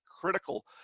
critical